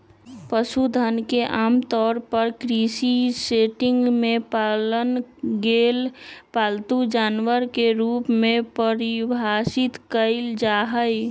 पशुधन के आमतौर पर कृषि सेटिंग में पालल गेल पालतू जानवरवन के रूप में परिभाषित कइल जाहई